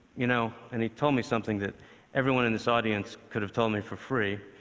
you know, and he told me something that everyone in this audience could have told me for free,